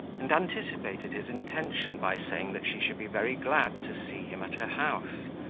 and anticipated his intention by saying that she should be very glad to see him at her house,